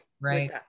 Right